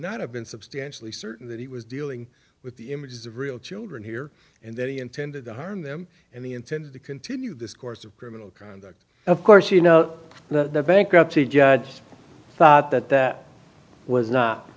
not have been substantially certain that he was dealing with the images of real children here and that he intended to harm them and he intended to continue this course of criminal conduct of course you know the bankruptcy judge thought that that was